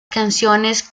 canciones